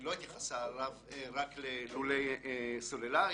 לא התייחסה רק ללולי סוללה.